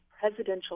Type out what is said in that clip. presidential